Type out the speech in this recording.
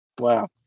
wow